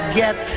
get